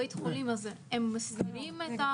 האם הקידום הזה יהיה מחירים,